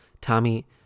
Tommy